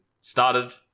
started